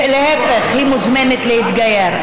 להפך, היא מוזמנת להתגייר.